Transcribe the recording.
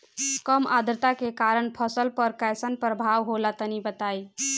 कम आद्रता के कारण फसल पर कैसन प्रभाव होला तनी बताई?